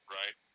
right